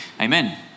Amen